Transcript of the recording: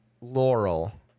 Laurel